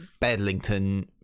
Bedlington